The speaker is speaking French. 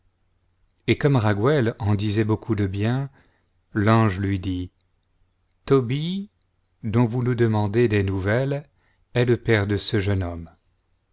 et comme raguel en disait beaucoup de bien l'ange lui dit tobie dont vous nous demandez des nouvelles est le père de ce jeune homme